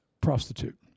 prostitute